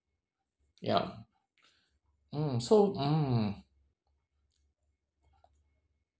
yup mm so mm